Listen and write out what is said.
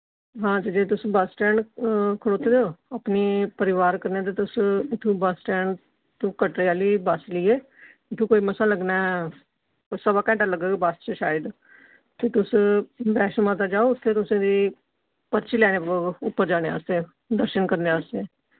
हां ते जे तुस बस स्टैंड खड़ोते दे ओ अपनी परिवार कन्नै ते तुस उत्थो बस स्टैंड टू कटरे आह्ली बस लेइयै इत्थुं कोई मसां लग्गना ऐ कोई सवा घैंटा लग्गग बस च शायद ते तुस वैश्णो माता जाओ उत्थे तुसें दी पर्ची लैनी पोग उप्पर जाने आस्तै दर्शन करने आस्तै